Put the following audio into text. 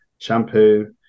shampoo